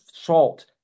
salt